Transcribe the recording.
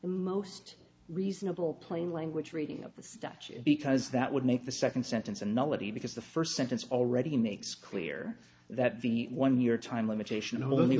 the most reasonable plain language reading of the statute because that would make the second sentence a nullity because the first sentence already makes clear that the one year time limitation only